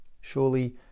Surely